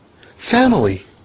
Family